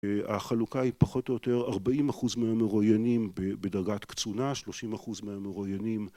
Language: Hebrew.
החלוקה היא פחות או יותר 40% מהמרואיינים בדרגת קצונה, 30% מהמרואיינים